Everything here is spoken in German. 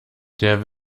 der